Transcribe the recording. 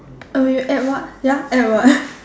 uh add what ya add what